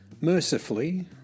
Mercifully